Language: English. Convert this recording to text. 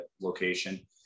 location